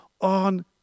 on